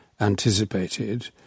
anticipated